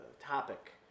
topic